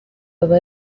baba